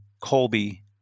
Colby